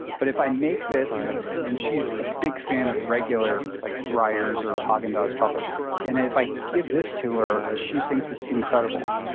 but if i make this and she's a big fan of regular like breyers or haagen dazs chocolate and if i give this to her, she thinks it's incredible.